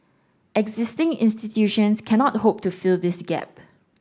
existing institutions cannot hope to fill this gap